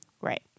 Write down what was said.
Right